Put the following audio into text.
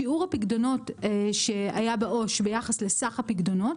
שיעור הפיקדונות שהיה בעו"ש ביחס לסך הפיקדונות,